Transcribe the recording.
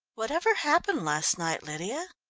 whatever happened last night, lydia?